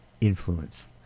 influence